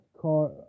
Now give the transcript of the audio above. car